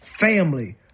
family